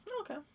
Okay